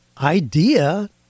idea